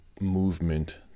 movement